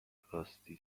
راستی